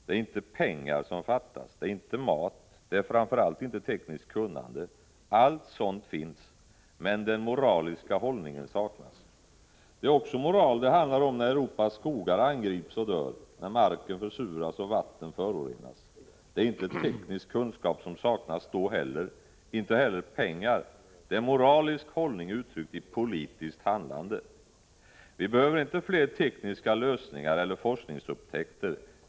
Det är inte pengar som fattas, det är inte mat, och det är framför allt inte tekniskt kunnande. Allt sådant finns. Men den moraliska hållningen saknas. Det är också moral det handlar om när Europas skogar angrips och dör, när marken försuras och vattnen förorenas. Det är inte teknisk kunskap som saknas då heller, inte heller pengar. Det är moralisk hållning uttryckt i politiskt handlande. Vi behöver inte fler tekniska lösningar eller forskningsupptäckter.